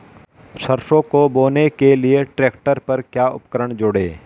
सरसों को बोने के लिये ट्रैक्टर पर क्या उपकरण जोड़ें?